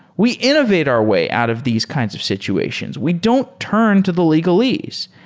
we innovate our way out of these kinds of situations. we don't turn to the legalese.